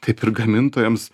taip ir gamintojams